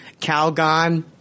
Calgon